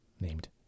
Named